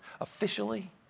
officially